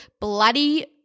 bloody